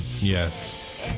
yes